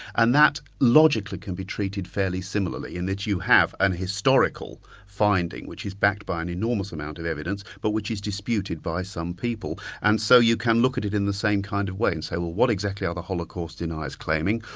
and that logically can be treated fairly similarly, in that you have an historical finding, which is backed by an enormous amount of evidence, but which is disputed by some people. and so you can look at it in the same kind of way and say, well what exactly are the holocaust deniers claiming?